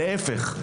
להפך,